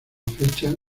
fecha